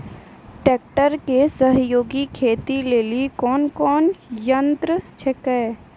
Tractor के सहयोगी खेती लेली कोन कोन यंत्र छेकै?